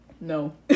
No